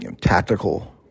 tactical